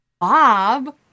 Bob